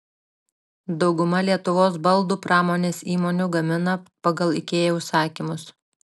dauguma lietuvos baldų pramonės įmonių gamina pagal ikea užsakymus